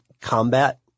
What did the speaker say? combat